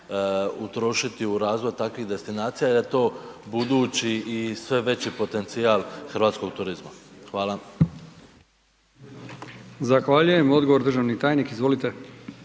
utrošiti u razvoj takvih destinacija jer je to budući i sve veći potencijal hrvatskog turizma. Hvala.